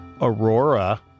aurora